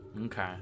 okay